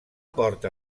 porta